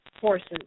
forces